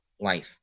life